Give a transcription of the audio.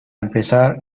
empezar